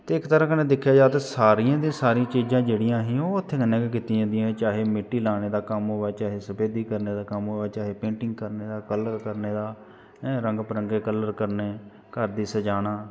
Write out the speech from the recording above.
इक तरहां कन्नै दिक्खेआ जा ते सारियें दियां सारियां चीजां जेह्ड़ियां हियां ओह् हत्थें कन्नै गै कित्ती जंदियां हियां चाहे मिट्टी लाने दा कम्म होए चाहे सफेदी करने दा कम्म होऐ चाहे पेंटिंग करने दा कम्म होए चाहे कलर करने दा रंग बरंगे कलर करने दा कन्नै घर गी सजाना